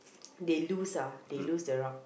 they lose ah they lose the route